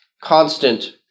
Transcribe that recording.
constant